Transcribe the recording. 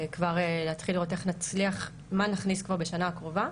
כבר להתחיל לראות מה נכניס כבר בשנה הקרובה.